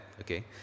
okay